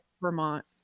Vermont